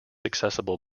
accessible